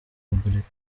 repubulika